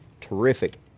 terrific